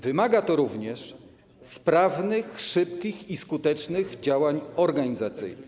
Wymaga to również sprawnych, szybkich i skutecznych działań organizacyjnych.